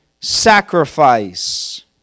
sacrifice